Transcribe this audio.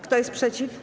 Kto jest przeciw?